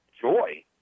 joy